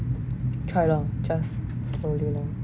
try lor just slowly